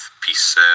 Peace